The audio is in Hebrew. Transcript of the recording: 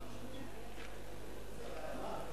הודעה לסדר,